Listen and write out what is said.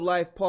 Life